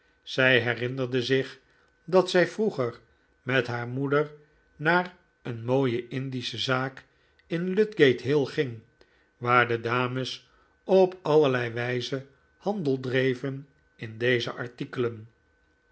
zij herinherde zich dat zij vroeger met haar moeder naar een mooie indische zaak in ludgate hill ging waar de dames op allerlei wijze handel dreven in deze artikelen